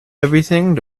everything